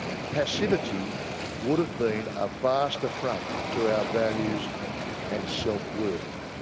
passivity would have been a vast affront to our values and self-worth.